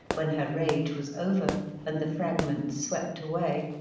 when her rage was over and the fragments swept away,